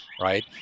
right